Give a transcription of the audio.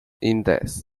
index